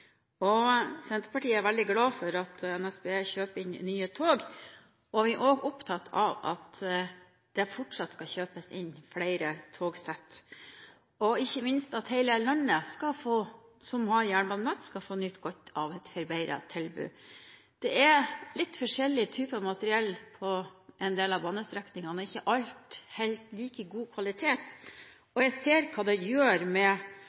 bra. Senterpartiet er veldig glad for at NSB kjøper inn nye tog. Vi er også opptatt av at det fortsatt skal kjøpes inn flere togsett. Ikke minst er vi opptatt av at hele landet som har jernbanenett, skal få nyte godt av et forbedret tilbud. Det er litt forskjellige typer materiell på en del av banestrekningene, og ikke alt holder like god kvalitet. Jeg ser hva det gjør med